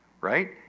right